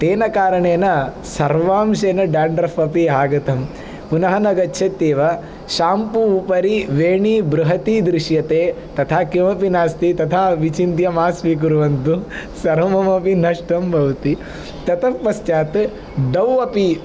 तेन कारणेन सर्वांशेन डेण्ड्रफ् अपि आगतम् पुनः न गच्छत्येव शाम्पू उपरि वेणी बृहति दृश्यते तथा किमपि नास्ति तथा विचिन्त्य मा स्वीकुर्वन्तु सर्वमपि नष्टं भवति ततः पश्चात् डौ अपि